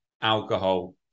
alcohol